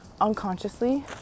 unconsciously